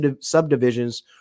subdivisions